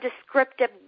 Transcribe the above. descriptive